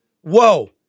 whoa